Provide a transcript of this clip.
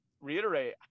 reiterate –